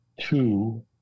two